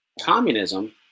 communism